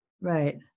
Right